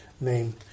name